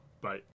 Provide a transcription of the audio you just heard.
bye